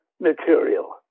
material